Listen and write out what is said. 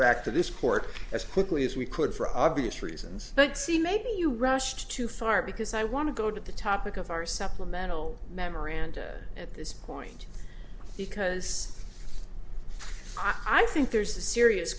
back to this court as quickly as we could for obvious reasons but c maybe you rushed too far because i want to go to the topic of our supplemental memorandum at this point because i think there's a serious